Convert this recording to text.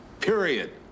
period